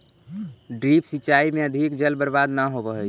drip सिंचाई में अधिक जल बर्बाद न होवऽ हइ